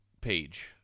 page